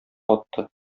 атты